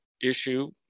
issue